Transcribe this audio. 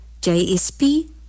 JSP